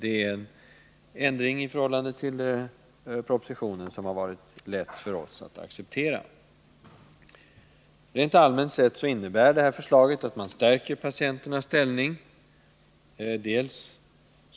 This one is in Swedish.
Det är en ändring i förhållande till propositionen som det har varit lätt för oss att acceptera. Det föreliggande förslaget innebär rent allmänt att patienternas ställning stärks.